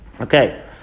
Okay